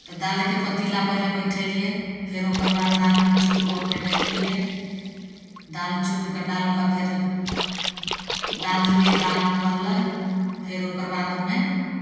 तऽ दालिके पतीला पहिले बैठेलिए फेर ओकर बाद दालि उलि चुनिकऽ ओहिमे डाललिए दालि चुनिकऽ डालिकऽ फेर डालि देलिए दालि उबललै फेर ओकर बाद ओहिमे